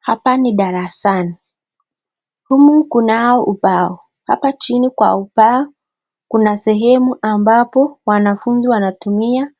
Hapa ni darasani. Humu kunao ubao. Hapa chini kwa ubao kuna sehemu ambapo wanafunzi wanatumia